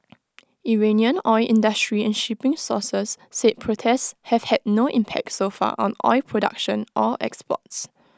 Iranian oil industry and shipping sources said protests have had no impact so far on oil production or exports